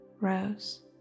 rose